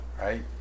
right